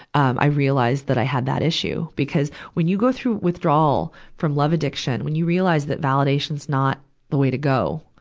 i realized that i had that issue. because when you go through withdrawal from love addiction, when you realize that validation's not the way to go,